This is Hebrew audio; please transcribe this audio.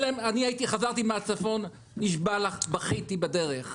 אני חזרתי מהצפון, נשבע לך, בכיתי בדרך.